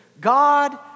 God